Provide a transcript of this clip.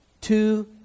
two